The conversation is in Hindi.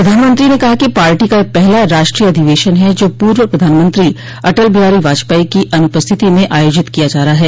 प्रधानमंत्री ने कहा कि पार्टी का यह पहला राष्ट्रीय अधिवेशन है जो पूर्व प्रधानमंत्री अटल बिहारी वाजपेयी की अनुपस्थिति में आयोजित किया जा रहा है